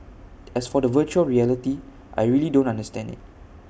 as for the Virtual Reality I don't really understand IT